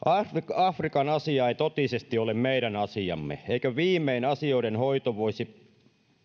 afrikan asia ei totisesti ole meidän asiamme eikö viimein asioiden hoito